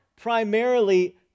primarily